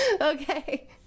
Okay